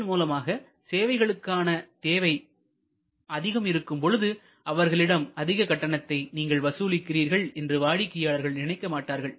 இதன் மூலமாக சேவைகளுக்கான தேவை அதிகம் இருக்கும் பொழுது அவர்களிடம் அதிக கட்டணத்தை நீங்கள் வசூலிக்கிறார்கள் என்று வாடிக்கையாளர் நினைக்க மாட்டார்கள்